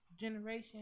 generation